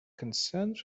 concerns